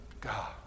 God